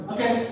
Okay